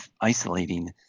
isolating